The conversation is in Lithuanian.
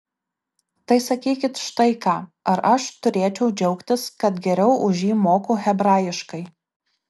tai sakykit štai ką ar aš turėčiau džiaugtis kad geriau už jį moku hebrajiškai